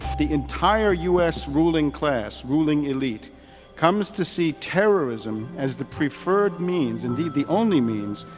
the entire us ruling class, ruling elite comes to see terrorism as the preferred means, indeed the only means,